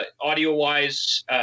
Audio-wise